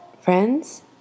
friends